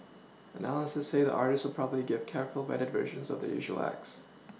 analysts say the artists will probably give careful vetted versions of their usual acts